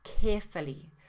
carefully